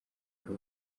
wari